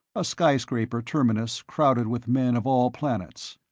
a skyscraper terminus crowded with men of all planets.